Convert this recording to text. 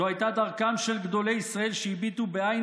זאת הייתה דרכם של גדולי ישראל שהביטו בעין